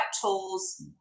tools